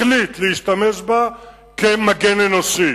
החליט להשתמש בה כמגן אנושי,